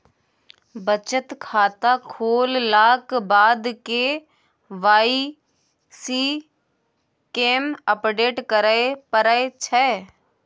बचत खाता खोललाक बाद के वाइ सी केँ अपडेट करय परै छै